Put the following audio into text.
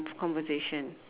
conversation